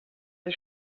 the